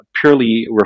purely